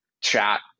chat